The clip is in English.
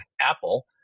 Apple